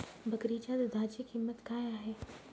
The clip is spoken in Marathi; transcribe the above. बकरीच्या दूधाची किंमत काय आहे?